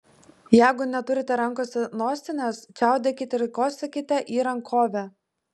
jeigu neturite rankose nosinės čiaudėkite ir kosėkite į rankovę